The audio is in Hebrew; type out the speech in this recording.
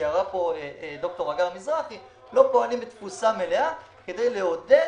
שתיארה ד"ר הגר מזרחי, כדי לעודד